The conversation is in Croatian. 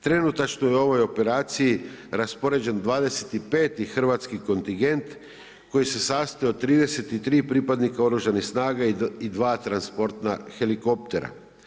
Trenutačno je u ovoj operaciji raspoređen 25 hrvatski kontingent, koji se sastoji od 33 pripadnika oružanih snaga i 2 transportna helikoptera.